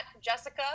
jessica